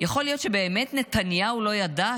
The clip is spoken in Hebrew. יכול להיות שבאמת נתניהו לא ידע,